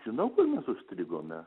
žinau kur mes užstrigome